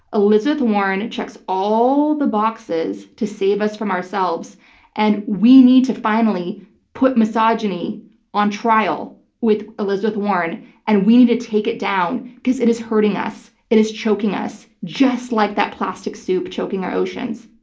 elizabeth warren checks all the boxes to save us from ourselves and we need to finally put misogyny on trial with elizabeth warren and we need to take it down because it is hurting us. it is choking us just like that plastic soup choking our oceans.